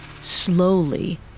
Slowly